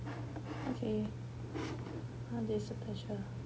okay